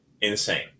insane